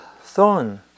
thorn